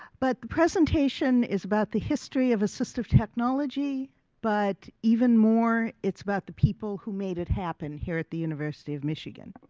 but the presentation is about the history of assistive technology but even more it's about the people who made it happen here at the university of michigan.